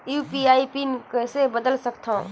UPI के PIN कइसे बदल सकथव?